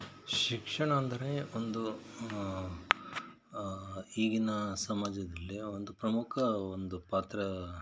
ಶಿಕ್ಷಣ ಅಂದರೆ ಒಂದು ಈಗಿನ ಸಮಾಜದಲ್ಲಿ ಒಂದು ಪ್ರಮುಖ ಒಂದು ಪಾತ್ರ